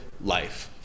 life